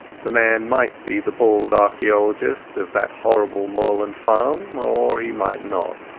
the man might be the bald archaeologist of that horrible moorland farm, or he might not.